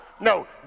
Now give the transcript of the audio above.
No